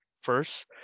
first